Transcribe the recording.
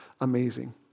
amazing